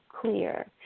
clear